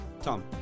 Tom